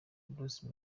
bruce